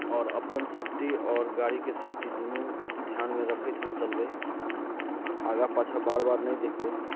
आओर अपन सेप्टी आओर गाड़ीकेँ सेप्टी दुनू ध्यानमे रखैत हम चलबैत आगा पाछाँ बार बार नहि देखबै